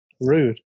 Rude